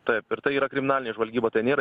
taip ir tai yra kriminalinė žvalgyba tai nėra